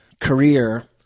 career